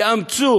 יאמצו